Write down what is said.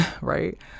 right